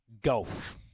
golf